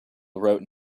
wrote